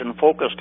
focused